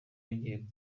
agiye